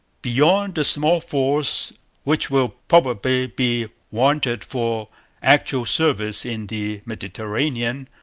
beyond the small force which will probably be wanted for actual service in the mediterranean,